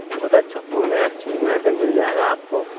बहुत अच्छा फोन है अच्छी ई एम आई पर मिल जाएगा आप को